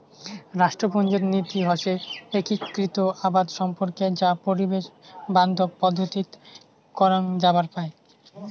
রাষ্ট্রপুঞ্জত নীতি হসে ঐক্যিকৃত আবাদ সম্পর্কে যা পরিবেশ বান্ধব পদ্ধতিত করাং যাবার পায়